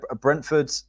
brentford